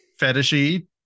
Fetishy